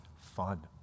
fun